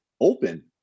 Open